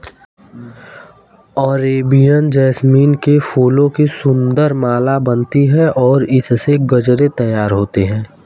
Arabian jasmine के फूलों की सुंदर माला बनती है और इससे गजरे तैयार होते हैं